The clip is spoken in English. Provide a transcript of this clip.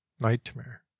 Nightmare